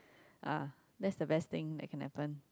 uh that's the best thing that can happen